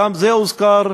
גם זה הוזכר,